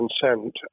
consent